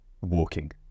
walking